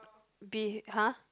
be !huh!